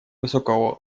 высокого